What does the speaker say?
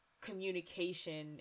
communication